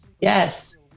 Yes